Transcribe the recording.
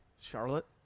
Charlotte